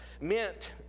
meant